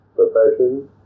professions